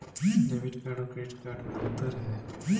Debit card और credit card में अन्तर है?